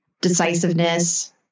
decisiveness